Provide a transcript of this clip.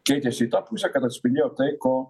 keitėsi į tą pusę kad atsispindėjo tai ko